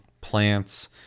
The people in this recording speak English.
plants